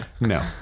No